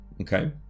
okay